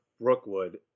Brookwood